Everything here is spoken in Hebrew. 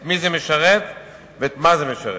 את מי זה משרת ואת מה זה משרת?